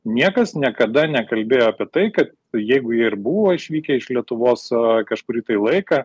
niekas niekada nekalbėjo apie tai kad jeigu jie ir buvo išvykę iš lietuvos kažkurį tai laiką